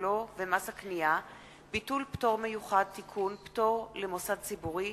הבלו ומס הקנייה (ביטול פטור מיוחד) (תיקון) (פטור למוסד ציבורי),